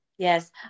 Yes